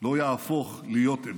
לא יהפוך להיות אמת.